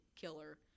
killer